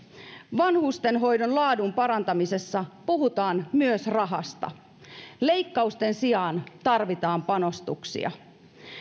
vanhustenhoidon laadun parantamisessa puhutaan myös rahasta leikkausten sijaan tarvitaan panostuksia